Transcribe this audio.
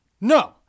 no